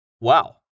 Wow